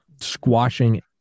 squashing